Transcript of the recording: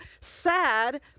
sad